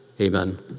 Amen